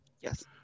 Yes